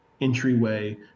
entryway